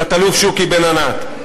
תת-אלוף שוקי בן-ענת: